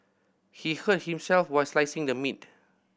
he hurt himself while slicing the meat